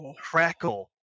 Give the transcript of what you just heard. crackle